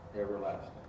Everlasting